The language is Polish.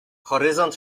horyzont